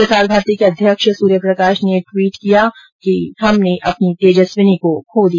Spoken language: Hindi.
प्रसार भारती के अध्यक्ष सूर्य प्रकाश ने ट्वीट किया हमने अपनी तेजस्विनी को खो दिया